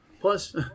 Plus